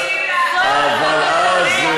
אוי, באמת.